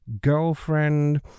girlfriend